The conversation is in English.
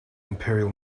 imperial